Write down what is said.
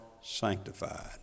sanctified